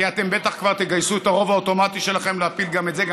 כי אתם בטח כבר תגייסו את הרוב האוטומטי שלכם להפיל גם את זה.